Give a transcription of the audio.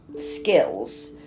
skills